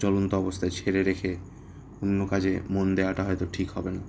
জ্বলন্ত অবস্থায় ছেড়ে রেখে অন্য কাজে মন দেওয়াটা হয়তো ঠিক হবে না